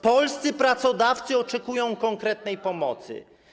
Polscy pracodawcy oczekują konkretnej pomocy.